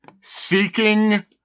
Seeking